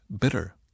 bitter